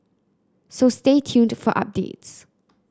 so stay tuned for updates